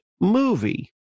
movie